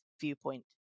viewpoint